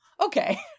Okay